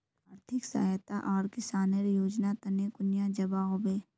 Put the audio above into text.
आर्थिक सहायता आर किसानेर योजना तने कुनियाँ जबा होबे?